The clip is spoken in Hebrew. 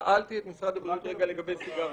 שאלתי את משרד הבריאות לגבי הסיגרים.